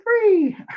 free